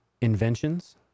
inventions